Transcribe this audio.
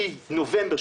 מנובמבר,